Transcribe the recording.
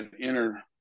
inner